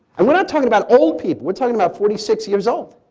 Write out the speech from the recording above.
and we're not talking about old people. we're talking about forty six years old.